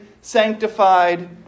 sanctified